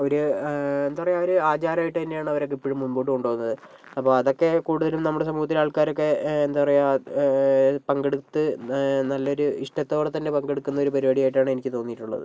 ഒരു എന്താ പറയാ ഒരു ആചാരമായിട്ടു തന്നെയാണ് അവരൊക്കേ ഇപ്പോഴും മുൻപോട്ട് കൊണ്ടുപോകുന്നത് അപ്പോൾ അതൊക്കേ കൂടുതലും നമ്മുടെ സമൂഹത്തിൽ ആൾക്കാരൊക്കേ എന്താ പറയുക പങ്കെടുത്ത് ന നല്ലൊരു ഇഷ്ടത്തോടെത്തന്നേ പങ്കെടുക്കുന്ന ഒരു പരിപാടിയായിട്ടാണ് എനിക്ക് തോന്നിയിട്ടുള്ളത്